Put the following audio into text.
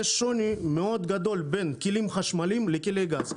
יש שוני מאוד גדול בין כלים חשמליים לכלי גז.